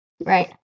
right